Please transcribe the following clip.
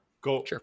go